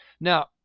now